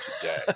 today